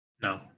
no